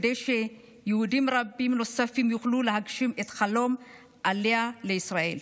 כדי שיהודים רבים נוספים יוכלו להגשים את חלום העלייה לישראל.